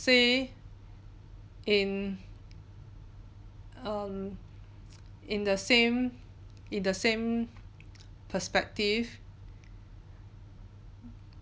say in um in the same in the same perspective